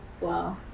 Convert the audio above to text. Wow